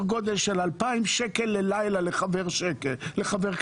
גודל של 2,000 שקלים ללילה לחבר כנסת.